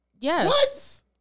Yes